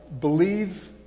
believe